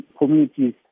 communities